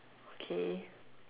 okay